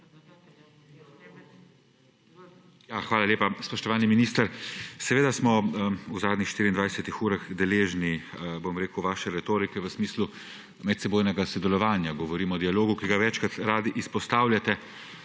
Hvala lepa. Spoštovani minister, seveda smo v zadnjih 24 urah deležni vaše retorike v smislu medsebojnega sodelovanja. Govorim o dialogu, ki ga večkrat radi izpostavljate,